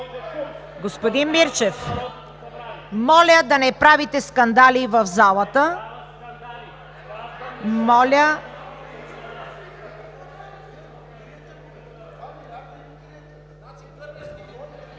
Господин Мирчев, моля да не правите скандали в залата.